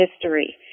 history